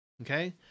Okay